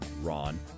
Ron